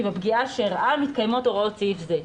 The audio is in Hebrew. בפגיעה שאירעה מתקיימות הוראות סעיף זה.